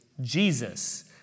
Jesus